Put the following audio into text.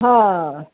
हँ